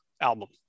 album